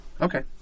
Okay